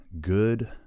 Good